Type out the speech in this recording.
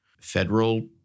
federal